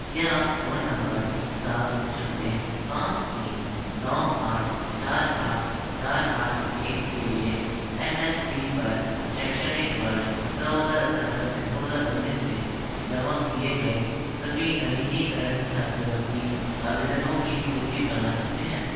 क्या आप phone number सात शून्य पाँच तीन नौ आठ चार आठ चार आठ एक के लिए एन एस पी पर शैक्षणिक वर्ष दो हज़ार अठारह से दो हज़ार उन्नीस में जमा किए गए सभी नवीनीकरण छात्रवृत्ति आवेदनों की सूची बना सकते हैं